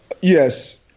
Yes